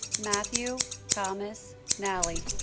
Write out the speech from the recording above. matthew thomas nalley